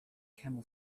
camel